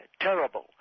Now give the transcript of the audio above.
Terrible